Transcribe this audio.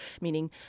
meaning